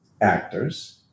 actors